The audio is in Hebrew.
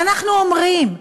ואנחנו אומרים: